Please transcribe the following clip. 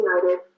united